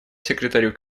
секретарю